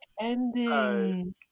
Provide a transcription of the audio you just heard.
Ending